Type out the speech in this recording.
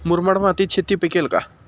मुरमाड मातीत शेती पिकेल का?